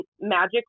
magic